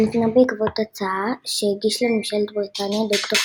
היא ניתנה בעקבות הצעה שהגיש לממשלת בריטניה ד"ר